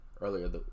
earlier